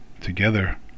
together